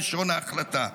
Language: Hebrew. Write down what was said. כלשון ההחלטה,